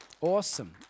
Awesome